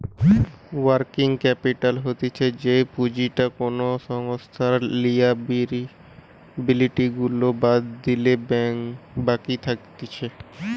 working capital হতিছে যেই পুঁজিটা কোনো সংস্থার লিয়াবিলিটি গুলা বাদ দিলে বাকি থাকতিছে